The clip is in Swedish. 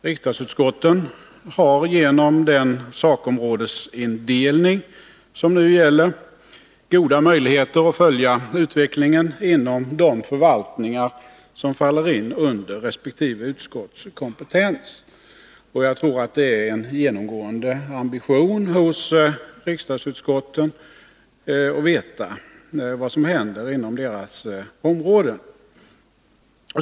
Riksdagsutskotten har genom den sakområdesindelning som nu gäller goda möjligheter att följa utvecklingen inom de förvaltningar som faller under resp. utskotts kompe tens. Jag tror att det är en genomgående ambition hos riksdagsutskotten att veta vad som händer inom deras områden.